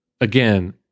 again